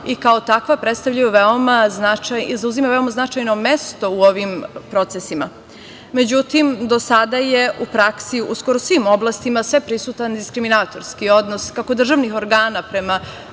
i kao takva predstavljaju i zauzimaju veoma značajno mesto u ovim procesima. Međutim, do sada je u praksi u skoro svim oblastima sveprisutan diskriminatorski odnos, kako državnih organa prema